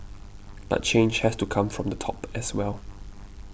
but change has to come from the top as well